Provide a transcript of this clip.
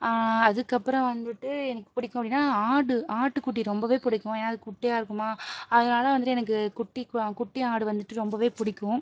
அதுக்கு அப்புறம் வந்துட்டு எனக்கு பிடிக்கும் அப்படின்னா ஆடு ஆட்டுக்குட்டி ரொம்பவே பிடிக்கும் ஏன்னால் அது குட்டியாக இருக்குமா அதனால் வந்துட்டு எனக்கு குட்டி குட்டி ஆடு வந்துட்டு ரொம்பவே பிடிக்கும்